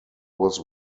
was